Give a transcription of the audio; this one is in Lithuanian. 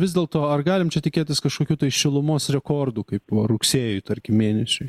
vis dėlto ar galim čia tikėtis kažkokių tai šilumos rekordų kaip rugsėjui tarkim mėnesiui